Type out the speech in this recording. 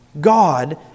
God